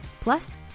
Plus